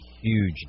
huge